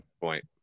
Point